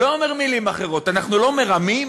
לא אומר מילים אחרות, אנחנו לא מרמים?